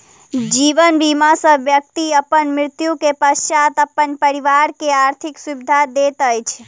जीवन बीमा सॅ व्यक्ति अपन मृत्यु के पश्चात अपन परिवार के आर्थिक सुरक्षा दैत अछि